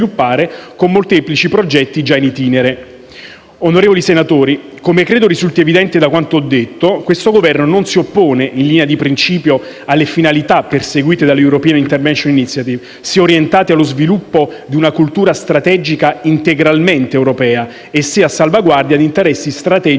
Onorevoli senatori, come credo risulti evidente da quanto ho detto, questo Governo non si oppone, in linea di principio, alle finalità perseguite dalla European intervention initiative, se orientate allo sviluppo di una cultura strategica integralmente europea e se a salvaguardia di interessi strategici